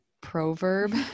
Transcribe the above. Proverb